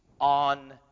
on